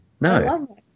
No